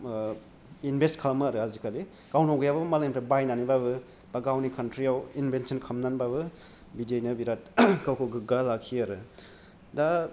invest खालामो आरो आजिखालि गावनाव गैयाब्लाबो मालायनिफ्राय बायनानै बाबो बा गावनि कान्त्रियाव इनभेनसन खालामनानैबाबो बिदियैनो बिराथ गावखौ गोगगा लाखियो आरो दा